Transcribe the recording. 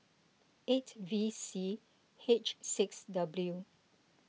eight V C H six W